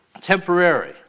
temporary